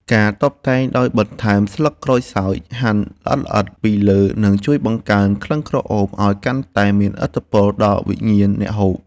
ការតុបតែងដោយបន្ថែមស្លឹកក្រូចសើចហាន់ល្អិតៗពីលើនឹងជួយបង្កើនក្លិនក្រអូបឱ្យកាន់តែមានឥទ្ធិពលដល់វិញ្ញាណអ្នកហូប។